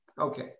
Okay